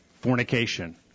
fornication